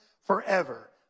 forever